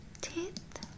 teeth